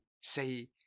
say